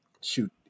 shoot